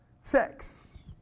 sex